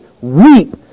weep